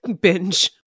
binge